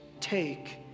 take